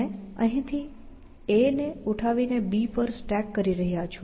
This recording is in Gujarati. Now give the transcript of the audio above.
તમે અહીંથી A ને ઉઠાવી ને B પર સ્ટેક કરી રહ્યાં છો